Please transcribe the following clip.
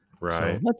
right